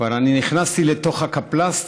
כבר אני נכנסתי לתוך הקפלס"ט,